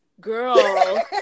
girl